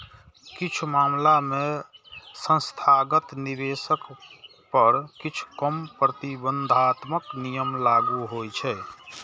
किछु मामला मे संस्थागत निवेशक पर किछु कम प्रतिबंधात्मक नियम लागू होइ छै